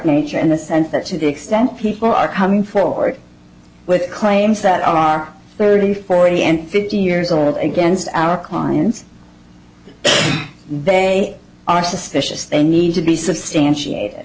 nature in the sense that to the extent people are coming forward with claims that are thirty forty and fifty years old against our clients they are suspicious they need to be substantiate